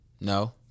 No